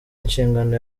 inshingano